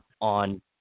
on